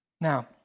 Now